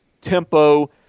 tempo